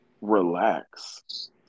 relax